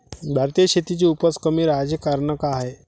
भारतीय शेतीची उपज कमी राहाची कारन का हाय?